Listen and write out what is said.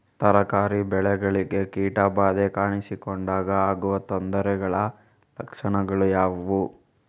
ತರಕಾರಿ ಬೆಳೆಗಳಿಗೆ ಕೀಟ ಬಾಧೆ ಕಾಣಿಸಿಕೊಂಡಾಗ ಆಗುವ ತೊಂದರೆಗಳ ಲಕ್ಷಣಗಳು ಯಾವುವು?